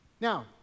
Now